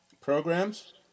programs